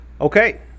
Okay